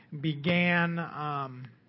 began